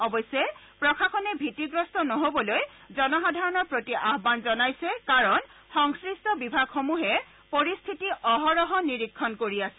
অৱশ্যে প্ৰশাসনে ভীতিগ্ৰস্ত নহবলৈ জনসাধাৰণৰ প্ৰতি আহান জনাইছে কাৰণ সংশ্লিষ্ট বিভাগসমূহে পৰিস্থিতি অহৰহ নিৰীক্ষণ কৰি আছে